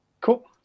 Cool